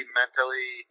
mentally